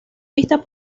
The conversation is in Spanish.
vistas